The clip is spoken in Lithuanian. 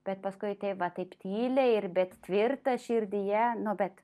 bet paskui tai va taip tyliai ir bet tvirtą širdyje nu bet